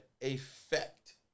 effect